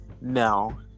No